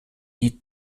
die